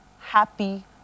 Happy